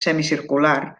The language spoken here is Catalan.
semicircular